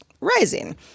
rising